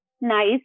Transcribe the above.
nice